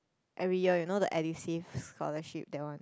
every year you know the Edusave scholarship that one